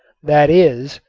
that is,